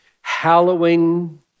Hallowing